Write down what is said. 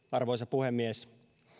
arvoisa puhemies